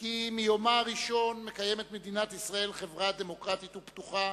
כי מיומה הראשון מדינת ישראל מקיימת חברה דמוקרטית ופתוחה,